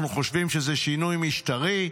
אנחנו חושבים שזה שינוי משטרי.